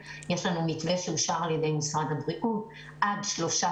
עם הקפדה מאוד מאוד ברורה של שניים עד שלושה